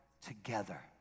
together